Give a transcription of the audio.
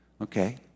okay